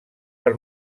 per